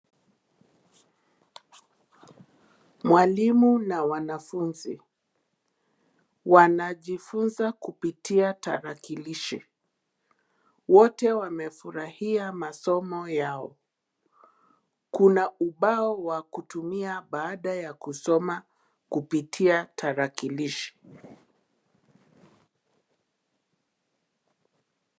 Mwalimu na wanafunzi wanajifunza kupitia tarakilishi, wote wamefurahia masomo yao. Kuna ubao wa kutumia baada ya kusoma kupitia tarakilishi.